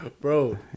bro